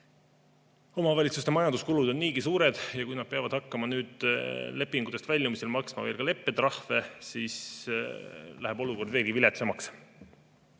Omavalitsuste majanduskulud on niigi suured ja kui nad peavad hakkama lepingutest väljumise korral maksma ka leppetrahve, siis läheb olukord veelgi viletsamaks.